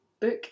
book